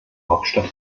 hauptstadt